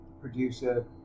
producer